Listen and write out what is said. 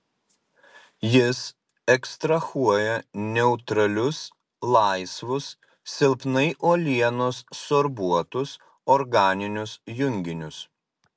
jis ekstrahuoja neutralius laisvus silpnai uolienos sorbuotus organinius junginius